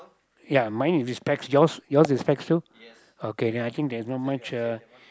ya mine is with specs yours yours is specs too okay then I think there's not much uh